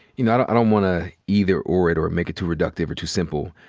you know, i don't i don't want to either or it or make it too reductive or too simple.